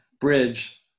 bridge